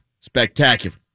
spectacular